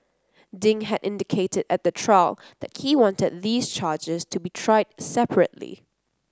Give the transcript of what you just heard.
Ding had indicated at the trial that he wanted these charges to be tried separately